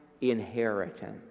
inheritance